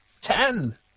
Ten